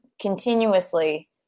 continuously